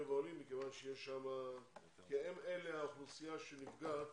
העולים מכיוון שהם האוכלוסייה שנפגעת